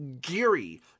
Geary